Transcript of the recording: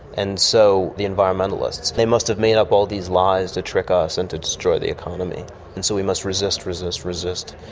and so the environmentalists, they must have made up all these lies to trick us and to destroy the economy and so we must resist, resist, resist.